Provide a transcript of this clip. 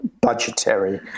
budgetary